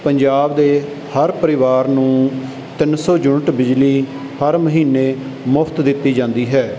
ਪੰਜਾਬ ਦੇ ਹਰ ਪਰਿਵਾਰ ਨੂੰ ਤਿੰਨ ਸੌ ਯੂਨਿਟ ਬਿਜਲੀ ਹਰ ਮਹੀਨੇ ਮੁਫ਼ਤ ਦਿੱਤੀ ਜਾਂਦੀ ਹੈ